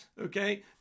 Okay